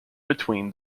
between